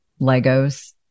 Legos